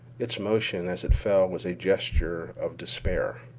its motion as it fell was a gesture of despair.